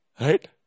Right